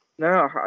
No